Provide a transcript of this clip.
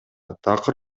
такыр